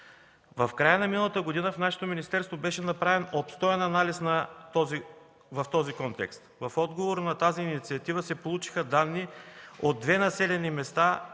В края на миналата година в нашето министерство беше направен обстоен анализ в този контекст. В отговор на тази инициатива се получиха данни от две населени места